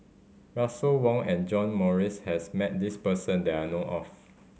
Russel Wong and John Morrice has met this person that I know of